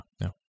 No